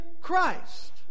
Christ